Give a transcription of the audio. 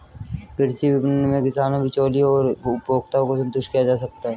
कृषि विपणन में किसानों, बिचौलियों और उपभोक्ताओं को संतुष्ट किया जा सकता है